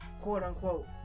quote-unquote